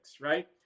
right